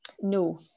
No